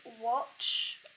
watch